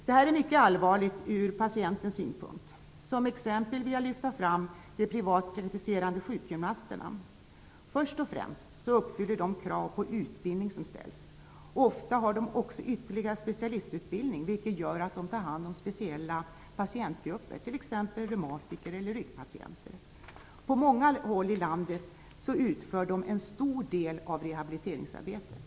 Detta är mycket allvarligt från patientens synpunkt. Som exempel vill jag lyfta fram de privatpraktiserande sjukgymnasterna. Först och främst uppfyller de de krav på utbildning som ställs, och de har ofta också ytterligare specialistutbildning, vilket gör att de tar hand om speciella patientgrupper, t.ex. reumatiker eller ryggpatienter. På många orter i landet utför de en stor del av rehabiliteringsarbetet.